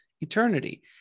eternity